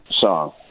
song